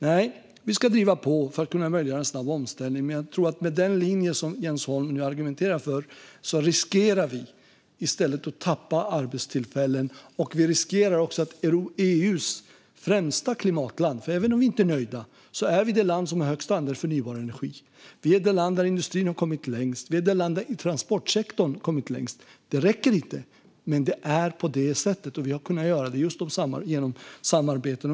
Nej, vi ska driva på för att möjliggöra en snabb omställning. Men jag tror att vi med den linje som Jens Holm argumenterar för skulle riskera att i stället tappa arbetstillfällen och att vara EU:s främsta klimatland. Vi är nämligen, även om vi inte är nöjda, det land som har störst andel förnybar energi, det land där industrin har kommit längst och det land där transportsektorn har kommit längst. Det räcker inte, men det är på det sättet. Och vi har kunnat göra det just genom att samarbeta.